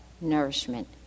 nourishment